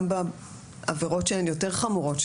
גם בעבירות שהן חמורות יותר,